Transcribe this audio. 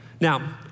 Now